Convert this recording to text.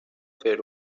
fer